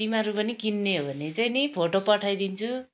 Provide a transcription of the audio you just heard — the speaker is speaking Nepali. तिमीहरू पनि किन्ने हो भने चाहिँ नि फोटो पठाइदिन्छु